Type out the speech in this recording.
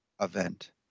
event